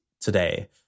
today